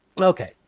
Okay